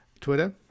Twitter